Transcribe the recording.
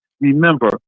Remember